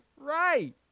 Right